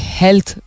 health